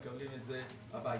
מקבלים את זה הביתה.